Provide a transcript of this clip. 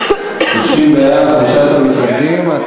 30 מתנגדים.